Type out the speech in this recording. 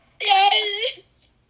Yes